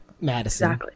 madison